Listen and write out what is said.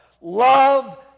love